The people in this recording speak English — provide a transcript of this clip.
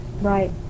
Right